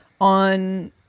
on